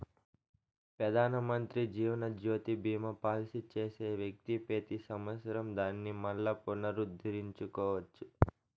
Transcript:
పెదానమంత్రి జీవనజ్యోతి బీమా పాలసీ చేసే వ్యక్తి పెతి సంవత్సరం దానిని మల్లా పునరుద్దరించుకోవచ్చు